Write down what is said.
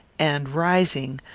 and, rising,